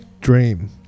dream